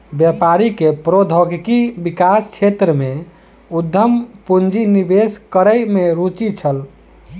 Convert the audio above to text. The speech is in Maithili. व्यापारी के प्रौद्योगिकी विकास क्षेत्र में उद्यम पूंजी निवेश करै में रूचि छल